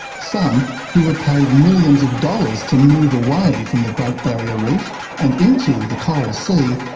some, who were paid millions of dollars to move away from the great barrier reef and into the coral sea,